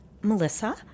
Melissa